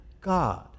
God